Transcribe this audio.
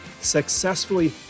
successfully